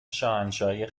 شاهنشاهی